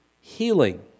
healing